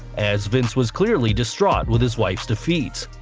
as vince was clearly distraught with his wife's defeat.